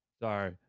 sorry